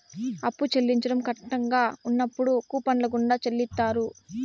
అప్పు చెల్లించడం కట్టంగా ఉన్నప్పుడు కూపన్ల గుండా చెల్లిత్తారు